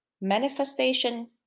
Manifestation